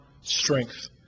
strength